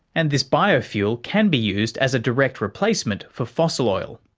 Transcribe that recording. and this biofuel can be used as a direct replacement for fossil oil.